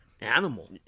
animal